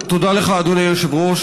תודה לך, אדוני היושב-ראש.